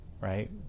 right